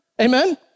Amen